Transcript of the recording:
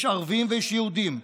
יש ערבים ויש יהודים,